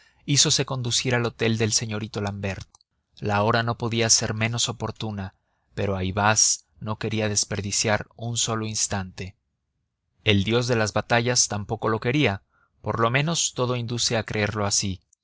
imperial hízose conducir al hotel del señorito l'ambert la hora no podía ser menos oportuna pero ayvaz no quería desperdiciar un solo instante el dios de las batallas tampoco lo quería por lo menos todo induce a creerlo así